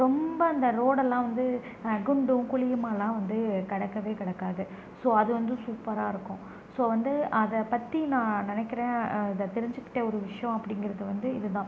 ரொம்ப அந்த ரோடெல்லாம் வந்து குண்டும் குழியுமாகலாம் வந்து கிடக்கவே கிடக்காது ஸோ அது வந்து சூப்பராக இருக்கும் ஸோ வந்து அதை பற்றி நான் நினக்கிறேன் அதை தெரிஞ்சிக்கிட்ட ஒரு விஷயோம் அப்படிங்கறது வந்து இதுதான்